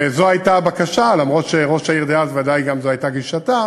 וזו הייתה הבקשה, למרות שזו ודאי הייתה גם גישתה